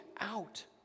out